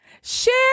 share